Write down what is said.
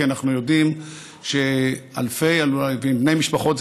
כי אנחנו יודעים שאלפי בני משפחות,